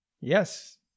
Yes